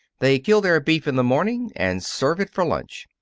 they kill their beef in the morning and serve it for lunch.